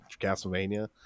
Castlevania